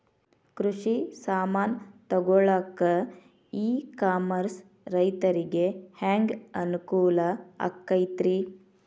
ಕೃಷಿ ಸಾಮಾನ್ ತಗೊಳಕ್ಕ ಇ ಕಾಮರ್ಸ್ ರೈತರಿಗೆ ಹ್ಯಾಂಗ್ ಅನುಕೂಲ ಆಕ್ಕೈತ್ರಿ?